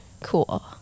cool